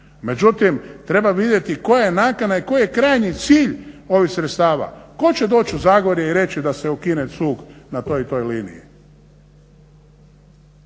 Međutim, treba vidjeti koja je nakana i koji je krajnji cilj ovih sredstava. Tko će doći u Zagorje i reći da se ukine cug na toj i toj liniji.